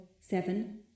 seven